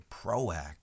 proactive